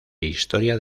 historia